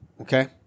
okay